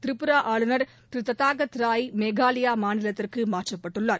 திரிபுரா ஆளுநர் திரு தத்தகட்டா ராய் மேகாலயா மாநிலத்திற்கு மாற்றப்பட்டுள்ளார்